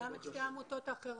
גם את שתי העמותות האחרות.